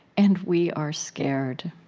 and we are scared.